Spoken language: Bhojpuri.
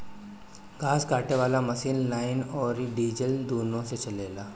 घास काटे वाला मशीन लाइन अउर डीजल दुनों से चलेला